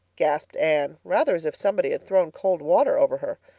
gasped anne, rather as if somebody had thrown cold water over her.